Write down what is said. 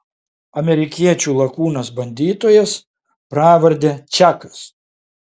amerikiečių lakūnas bandytojas pravarde čakas